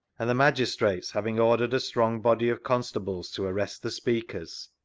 and the magistrates, having ordered a strong body of con stables to arrest the speakers,